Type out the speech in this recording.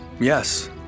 yes